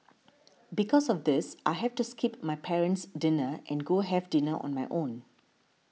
because of this I have to skip my parent's dinner and go have dinner on my own